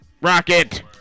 rocket